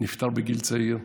ונפטר בגיל צעיר,